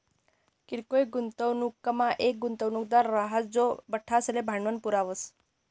किरकोय गुंतवणूकमा येक गुंतवणूकदार राहस जो बठ्ठासले भांडवल पुरावस